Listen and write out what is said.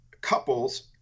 couples